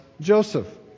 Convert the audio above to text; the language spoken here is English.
Joseph